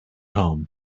harm